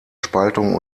spaltung